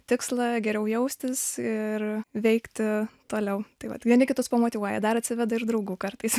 tikslą geriau jaustis ir veikti toliau tai vat vieni kitus pamotyvuoja dar atsiveda ir draugų kartais